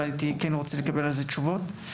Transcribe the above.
והייתי רוצה לקבל על זה תשובות.